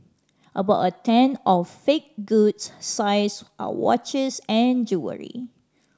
about a tenth of fake goods are watches and jewellery